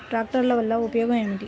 ట్రాక్టర్ల వల్ల ఉపయోగం ఏమిటీ?